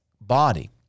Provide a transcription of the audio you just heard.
body